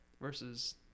versus